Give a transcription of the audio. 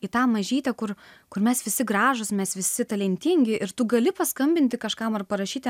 į tą mažytę kur kur mes visi gražūs mes visi talentingi ir tu gali paskambinti kažkam ar parašyti